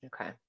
okay